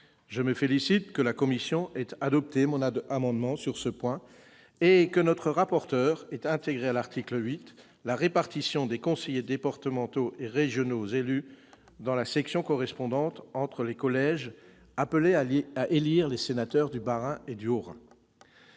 Je me félicite que la commission ait adopté mon amendement sur ce point et que la rapporteur ait introduit, à l'article 8, la répartition des conseillers départementaux et régionaux élus dans la section correspondante entre les collèges appelés à élire les sénateurs du Bas-Rhin et du Haut-Rhin.